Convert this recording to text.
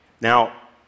Now